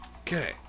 Okay